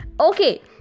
Okay